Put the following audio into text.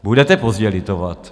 Budete pozdě litovat.